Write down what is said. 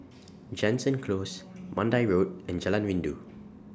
Jansen Close Mandai Road and Jalan Rindu